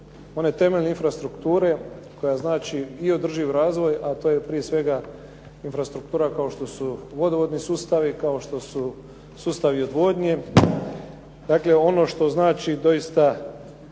one temeljne infrastrukture koja znači i održiv razvoj, a to je prije svega infrastruktura kao što su vodovodni sustavi, kao što su sustavi odvodnje, dakle ono što znači doista